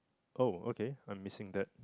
oh okay I'm missing that